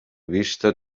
vista